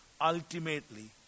ultimately